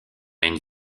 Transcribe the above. une